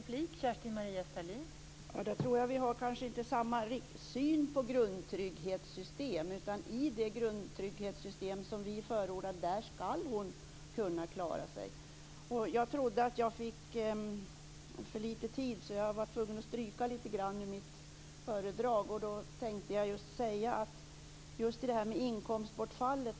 Fru talman! Vi har kanske inte samma syn på grundtrygghetssystem. I det grundtrygghetssystem som vi förordar skall hon kunna klara sig. Jag trodde att jag fick för lite tid, så jag var tvungen att stryka lite grann i mitt anförande. Jag hade tänkt säga att v och vi skiljer oss just vad gäller det här med inkomstbortfallet.